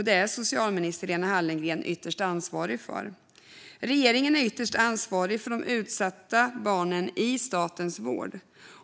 Det är socialminister Lena Hallengren ytterst ansvarig för. Regeringen är ytterst ansvarig för de utsatta barnen i statens vård.